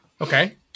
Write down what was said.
Okay